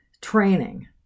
training